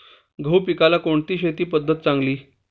गहू पिकाला कोणती शेती पद्धत चांगली?